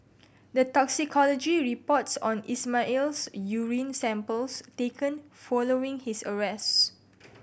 the toxicology reports on Ismail's urine samples taken following his arrest